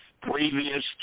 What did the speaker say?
previous